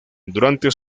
durante